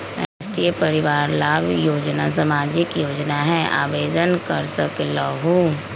राष्ट्रीय परिवार लाभ योजना सामाजिक योजना है आवेदन कर सकलहु?